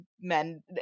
men